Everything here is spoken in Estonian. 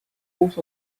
uus